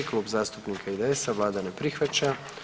Klub zastupnika IDS-a, Vlada ne prihvaća.